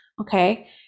okay